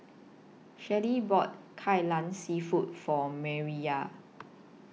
Shirlie bought Kai Lan Seafood For Mariyah